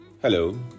Hello